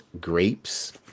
grapes